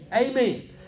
Amen